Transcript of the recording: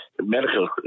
medical